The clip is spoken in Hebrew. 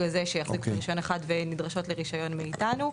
הזה שיחזיקו ברישיון אחד ונדרשות לרישיון מאיתנו,